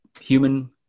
human